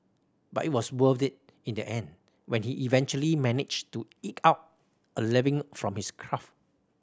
but it was worth it in the end when he eventually managed to eke out a living from his craft